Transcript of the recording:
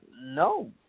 No